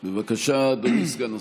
בבקשה, אדוני סגן השר.